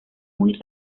muy